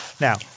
Now